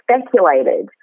Speculated